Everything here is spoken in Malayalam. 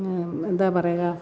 എന്താ പറയുക